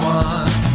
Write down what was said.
one